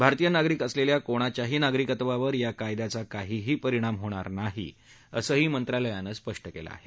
भारतीय नागरिक असलेल्या कोणच्याही नागरिकत्वावर या कायद्याचा काहीही परिणाम होणार नाही असं मंत्रालयानं म्हटलं आहे